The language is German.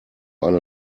eine